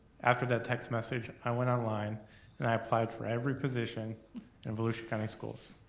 after that text message i went online and i applied for every position in volusia county schools.